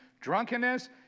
drunkenness